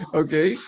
okay